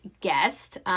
guest